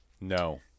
No